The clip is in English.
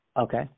Okay